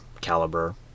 caliber